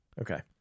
Okay